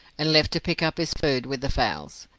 and left to pick up his food with the fowls.